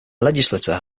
legislature